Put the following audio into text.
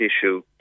issue